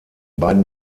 beiden